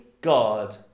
God